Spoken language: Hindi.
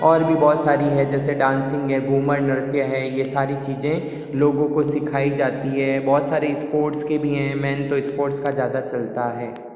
और भी बहुत सारी हैं जैसे डांसिंग है घूमर नृत्य है ये सारी चीजें लोगों को सिखाई जाती हैं बहुत सारे स्पोर्ट्स के भी हैं मेन तो स्पोर्ट्स का ज़्यादा चलता है